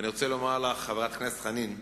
ואני רוצה לומר לך, חברת הכנסת חנין זועבי,